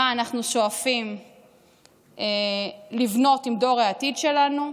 מה אנחנו שואפים לבנות עם דור העתיד שלנו,